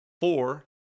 Four